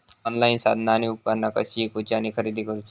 Online साधना आणि उपकरणा कशी ईकूची आणि खरेदी करुची?